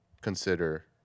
consider